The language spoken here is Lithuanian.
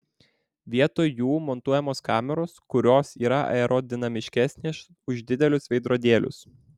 vietoj jų montuojamos kameros kurios yra aerodinamiškesnės už didelius veidrodėlius